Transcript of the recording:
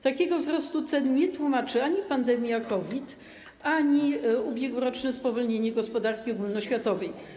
Takiego wzrostu cen nie tłumaczy ani pandemia COVID, ani ubiegłoroczne spowolnienie gospodarki ogólnoświatowej.